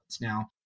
Now